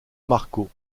marcos